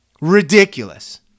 Ridiculous